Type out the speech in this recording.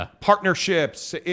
partnerships